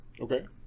okay